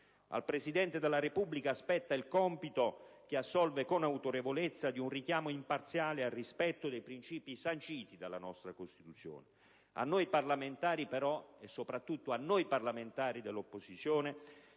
Al Presidente della Repubblica spetta il compito, che assolve con autorevolezza, di un richiamo imparziale al rispetto dei principi sanciti dalla nostra Costituzione. A noi parlamentari, però, e soprattutto a noi parlamentari dell'opposizione,